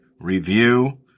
review